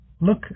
Look